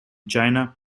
china